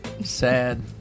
Sad